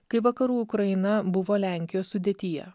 kai vakarų ukraina buvo lenkijos sudėtyje